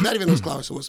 dar vienas klausimas